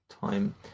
time